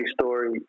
story